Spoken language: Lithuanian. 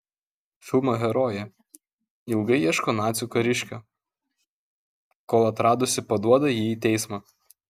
filmo herojė ilgai ieško nacių kariškio kol atradusi paduoda jį į teismą